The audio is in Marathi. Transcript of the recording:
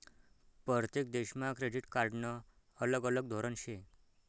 परतेक देशमा क्रेडिट कार्डनं अलग अलग धोरन शे